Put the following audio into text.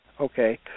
Okay